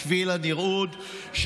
בשביל הנראות,